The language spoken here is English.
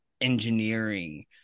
engineering